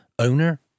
Owner